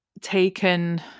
taken